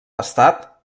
estat